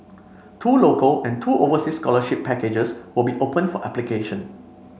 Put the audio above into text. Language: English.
two local and two overseas scholarship packages will be open for application